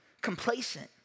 complacent